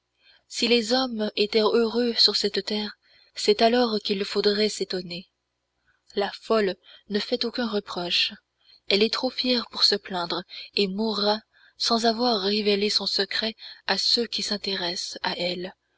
si les hommes étaient heureux sur cette terre c'est alors qu'il faudrait s'étonner la folle ne fait aucun reproche elle est trop fière pour se plaindre et mourra sans avoir révélé son secret à ceux qui s'intéressent à elle